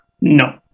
No